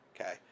Okay